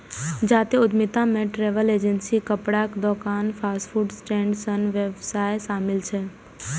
जातीय उद्यमिता मे ट्रैवल एजेंसी, कपड़ाक दोकान, फास्ट फूड स्टैंड सन व्यवसाय शामिल छै